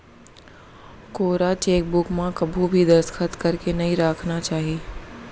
कोरा चेकबूक म कभू भी दस्खत करके नइ राखना चाही